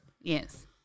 Yes